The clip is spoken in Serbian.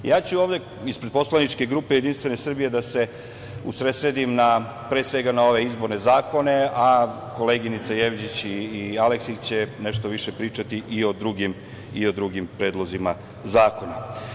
Ja ću ispred poslaničke grupe Jedinstvene Srbije da se usredsredim na pre svega na ove izborne zakone, a koleginica Jevđić i Aleksić će nešto više pričati i o drugim predlozima zakona.